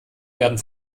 werden